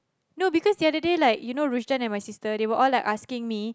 no because the other day like you know Rushdan and my sister they were all like asking me